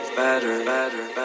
better